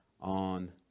on